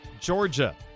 Georgia